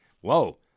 Whoa